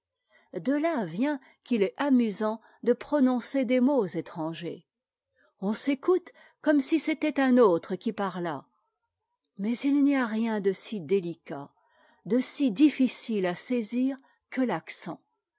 de là vient qu'il est amusant de prononcer des mots étrangers on s'écoute comme si c'était un autre qui parlât mais il n'y a rien de si délicat de si difficile à saisir que l'accent